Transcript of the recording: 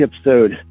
episode